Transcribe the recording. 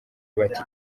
bati